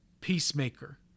Peacemaker